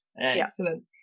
Excellent